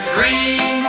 Green